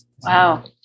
Wow